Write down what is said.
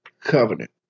covenant